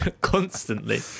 constantly